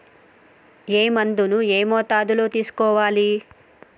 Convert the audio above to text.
ఏ మందును ఏ మోతాదులో తీసుకోవాలి?